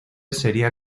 seria